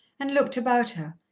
and looked about her,